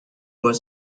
were